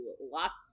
lots